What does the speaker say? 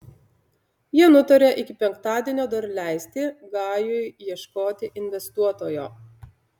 jie nutarė iki penktadienio dar leisti gajui ieškoti investuotojo